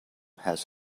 has